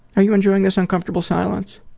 are you enjoying this uncomfortable silence?